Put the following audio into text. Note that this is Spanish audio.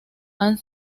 han